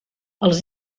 els